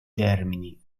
termini